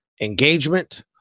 engagement